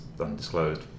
undisclosed